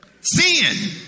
sin